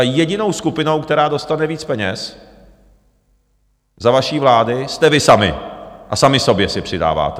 Jedinou skupinou, která dostane víc peněz za vaší vlády, jste vy sami a sami sobě si přidáváte.